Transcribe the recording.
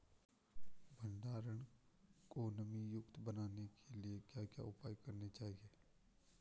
भंडारण को नमी युक्त बनाने के लिए क्या क्या उपाय करने चाहिए?